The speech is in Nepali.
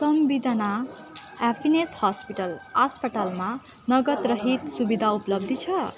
समवेदना ह्याप्पिनेस हस्पिटल अस्पतालमा नगद रहित सुविधा उपलब्ध छ